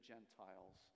Gentiles